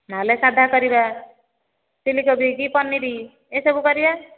ନହେଲେ ସାଧା କରିବା ଚିଲି କୋବି କି ପାନୀରି ଏ ସବୁ କରିବା